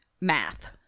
math